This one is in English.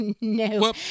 no